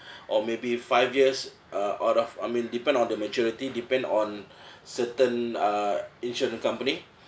or maybe five years uh out of I mean depend on the maturity depend on certain uh insurance company